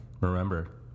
Remember